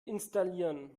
installieren